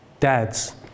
Dads